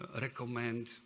recommend